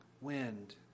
wind